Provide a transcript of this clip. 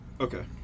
okay